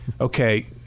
okay